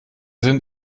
sind